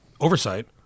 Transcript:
oversight